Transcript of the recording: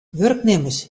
wurknimmers